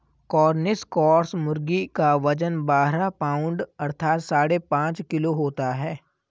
Cornish cross मुर्गी का वजन बारह पाउण्ड अर्थात साढ़े पाँच किलो होता है